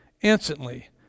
Instantly